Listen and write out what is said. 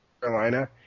Carolina